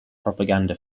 propaganda